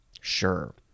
Sure